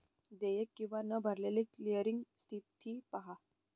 देयक किंवा न भरलेली क्लिअरिंग स्थिती पहा